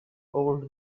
old